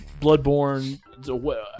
bloodborne